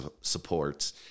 support